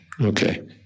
Okay